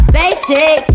basic